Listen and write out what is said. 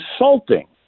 insulting